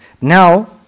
Now